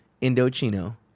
Indochino